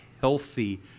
healthy